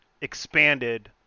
expanded